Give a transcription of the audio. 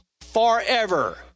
forever